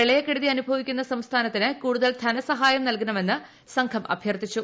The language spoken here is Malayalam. പ്രളയക്കെടുതി അനുഭവിക്കുന്ന സംസ്ഥാനത്തിന് കൂടുതൽ ധനസഹായം നൽകണമെന്ന് സംഘം അഭ്യർത്ഥിച്ചു